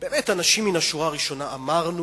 באמת אנשים מן השורה הראשונה, אמרנו,